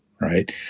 right